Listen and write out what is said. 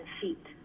feet